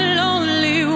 lonely